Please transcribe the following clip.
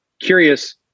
Curious